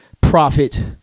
profit